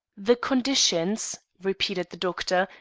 the conditions, repeated the doctor,